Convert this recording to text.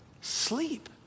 Sleep